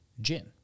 gin